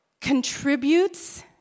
contributes